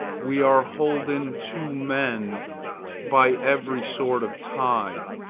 we are holden to men by every sort of tie,